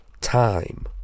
Time